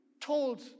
told